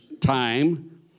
time